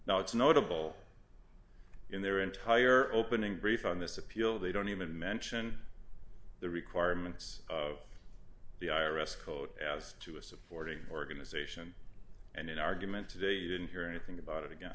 now it's notable in their entire opening brief on this appeal they don't even mention the requirements of the i r s code as to a supporting organization and an argument today you didn't hear anything about it again